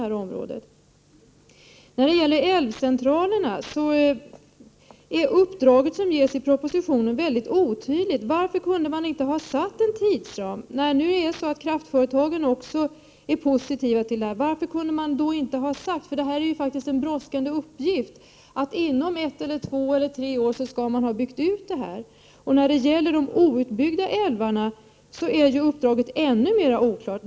När det gäller älvcentralerna är det uppdrag som ges i propositionen väldigt otydligt. Varför kunde man inte ha satt en tidsram när nu även kraftföretagen är positiva till detta. Det är ju ändå en brådskande uppgift, och varför kunde man då inte säga att inom ett, två eller tre år skall älvcentralerna vara utbyggda? I fråga om de outbyggda älvarna är uppdraget ännu mer oklart.